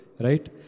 Right